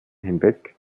hinweg